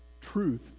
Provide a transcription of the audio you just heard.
Truth